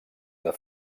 del